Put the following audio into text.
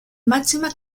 máxima